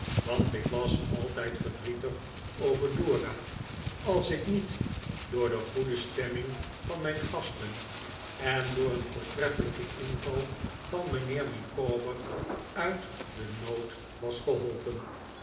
want ik was altijd verdrietig over dora als ik niet door de goede stemming van mijn gasten en door een voortreffelijken inval van mijnheer micawber uit den nood was geholpen